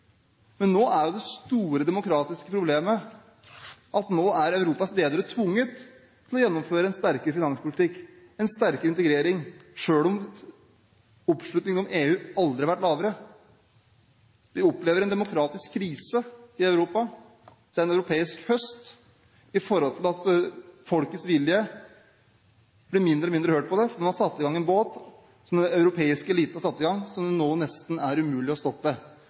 Men nå er jo det store demokratiske problemet at Europas ledere er tvunget til å gjennomføre en sterkere finanspolitikk, en sterkere integrering, selv om oppslutningen om EU aldri har vært lavere. Vi opplever en demokratisk krise i Europa. Det er en europeisk høst – folkets vilje blir mindre og mindre hørt på. Den europeiske eliten har satt i gang en båt som det nå nesten er umulig å stoppe. Det forundrer meg at det ikke er